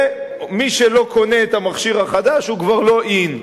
ומי שלא קונה את המכשיר החדש הוא כבר לא in.